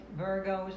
Virgos